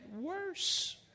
worse